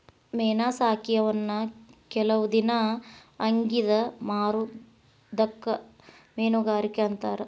ಮೇನಾ ಸಾಕಿ ಅವನ್ನ ಕೆಲವ ದಿನಾ ಅಗಿಂದ ಮಾರುದಕ್ಕ ಮೇನುಗಾರಿಕೆ ಅಂತಾರ